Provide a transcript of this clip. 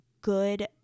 good